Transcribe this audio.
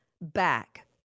back